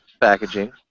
packaging